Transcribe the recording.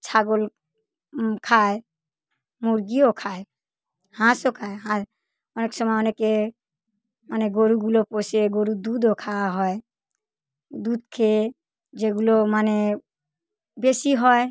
ছাগল খায় মুরগিও খায় হাঁসও খায় হা অনেক সময় অনেকে মানে গরুগুলো পোষে গরুর দুধও খাওয়া হয় দুধ খেয়ে যেগুলো মানে বেশি হয়